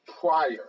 prior